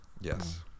Yes